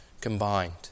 combined